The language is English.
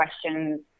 questions